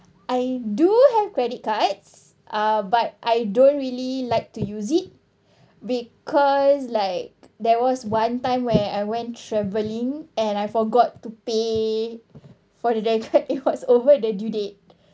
I do have credit cards uh but I don't really like to use it because like there was one time where I went travelling and I forgot to pay for the debt it was over the due date